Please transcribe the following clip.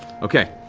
okay.